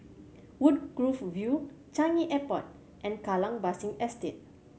Woodgrove View Changi Airport and Kallang Basin Estate